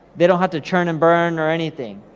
they don't have to churn and burn, or anything.